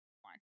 one